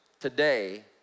today